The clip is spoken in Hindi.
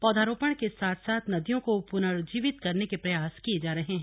पौधरोपण के साथ साथ नदियों को पुनर्जीवित करने के प्रयास किये जा रहे हैं